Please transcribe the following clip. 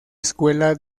escuela